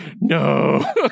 no